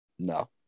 No